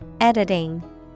Editing